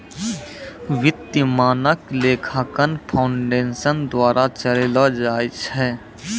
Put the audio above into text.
वित्तीय मानक लेखांकन फाउंडेशन द्वारा चलैलो जाय छै